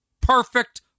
Perfect